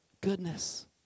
goodness